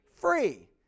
Free